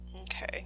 Okay